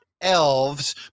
elves